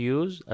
use